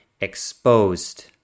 exposed